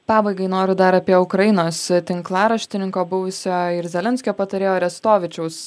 pabaigai noriu dar apie ukrainos tinklaraštininko buvusio ir zelenskio patarėjo arestovičiaus